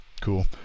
cool